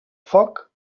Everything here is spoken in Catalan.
foc